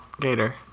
Gator